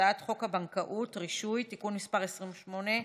הצעת חוק הבנקאות (רישוי) (תיקון מס' 28)